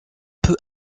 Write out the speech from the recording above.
peu